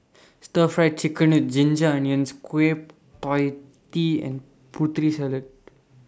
Stir Fry Chicken with Ginger Onions Kueh PIE Tee and Putri Salad